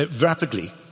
rapidly